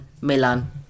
Milan